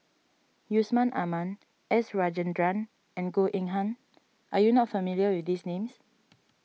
Yusman Aman S Rajendran and Goh Eng Han are you not familiar with these names